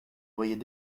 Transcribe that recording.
voyaient